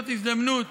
זאת הזדמנות,